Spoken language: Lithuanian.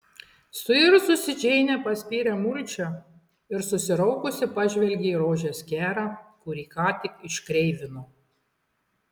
suirzusi džeinė paspyrė mulčią ir susiraukusi pažvelgė į rožės kerą kurį ką tik iškreivino